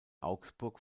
augsburg